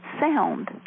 sound